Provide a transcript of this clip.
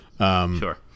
Sure